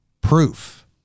Proof